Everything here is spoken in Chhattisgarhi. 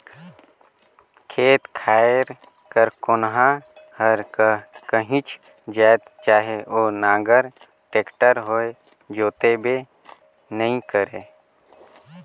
खेत खाएर कर कोनहा हर काहीच जाएत चहे ओ नांगर, टेक्टर होए जोताबे नी करे